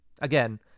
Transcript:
again